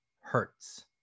hurts